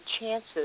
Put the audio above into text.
chances